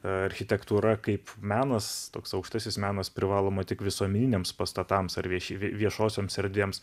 architektūra kaip menas toks aukštasis menas privaloma tik visuomeniniams pastatams ar vieši viešosioms erdvėms